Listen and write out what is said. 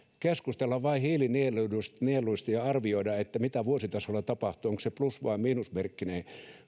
keskustella vain hiilinieluista hiilinieluista ja arvioida mitä vuositasolla tapahtuu onko muutos plus vai miinusmerkkinen